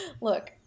Look